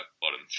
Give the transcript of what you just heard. bottom